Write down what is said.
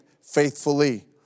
faithfully